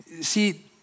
See